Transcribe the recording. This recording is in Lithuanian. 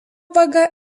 vaga